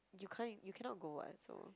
[huh] you cannot go [what] eh so